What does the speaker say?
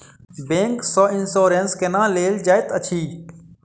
bank सँ insurance केना लेल जाइत अछि